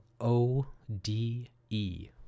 O-D-E